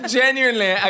genuinely